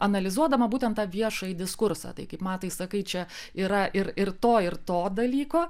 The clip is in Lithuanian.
analizuodama būtent tą viešąjį diskursą tai kaip matai sakai čia yra ir ir to ir to dalyko